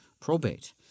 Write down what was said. probate